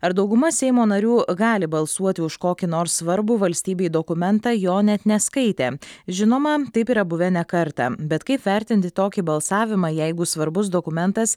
ar dauguma seimo narių gali balsuoti už kokį nors svarbų valstybei dokumentą jo net neskaitė žinoma taip yra buvę ne kartą bet kaip vertinti tokį balsavimą jeigu svarbus dokumentas